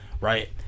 Right